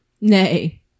Nay